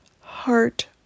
heart